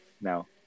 No